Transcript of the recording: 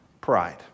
pride